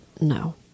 No